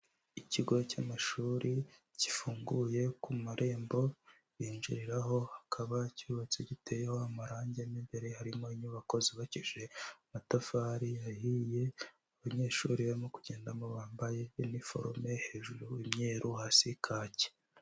Ikigo cy'amashuri gifunguye ku marembo binjiriraho hakaba cyubatse giteyeho amarangi, mu imbere harimo inyubako zubakishije amatafari ahiye, abanyeshuri barimo kugendamo bambaye iniforume hejuru imyeru hasi kake.